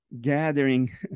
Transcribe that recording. gathering